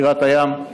בשירת הים,